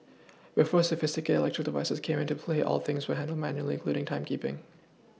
before sophisticated electrical devices came into play all things were handled manually including timekeePing